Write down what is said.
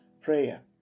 Prayer